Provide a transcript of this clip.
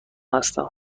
هستم